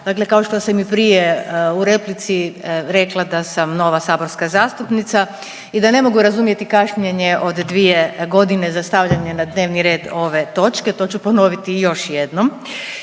kao što sam i prije u replici rekla da sam nova saborska zastupnica i da ne mogu razumjeti kašnjenje od dvije godine za stavljanje na dnevni red ove točke, to ću ponoviti još jednom.